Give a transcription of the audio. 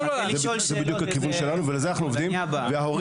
על זה אנחנו עובדים.